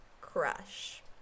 crush